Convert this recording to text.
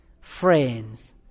friends